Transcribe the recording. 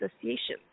Association